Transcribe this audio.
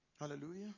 Hallelujah